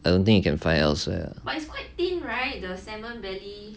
I don't think you can find elsewhere ah